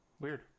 Weird